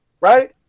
right